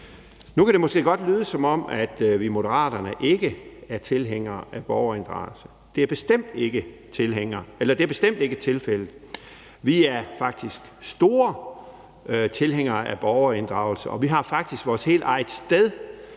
Nu kan det måske godt lyde, som om vi i Moderaterne ikke er tilhængere af borgerinddragelse. Det er bestemt ikke tilfældet. Vi er faktisk store tilhængere af borgerinddragelse, og vi har faktisk vores helt eget sted,